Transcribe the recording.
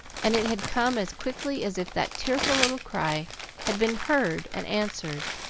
and it had come as quickly as if that tearful little cry had been heard and answered,